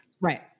Right